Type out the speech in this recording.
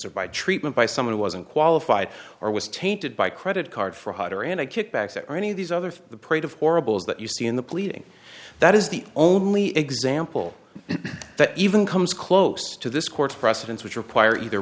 by treatment by someone who wasn't qualified or was tainted by credit card fraud or and i kickbacks at any of these other the praise of horribles that you see in the pleading that is the only example that even comes close to this court's precedents which require either